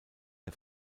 der